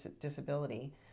disability